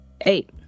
Eight